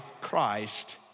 Christ